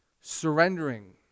Surrendering